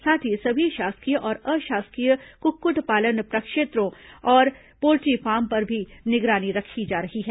साथ ही सभी शासकीय और अशासकीय कुक्कुट पालन प्रक्षेत्रों तथा पोल्ट्री फॉर्म पर भी निगरानी रखी जा रही है